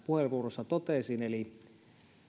puheenvuorossani totesin eli